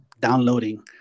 downloading